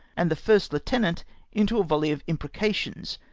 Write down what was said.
and the first heutenant into a volley of imprecations,